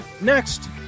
Next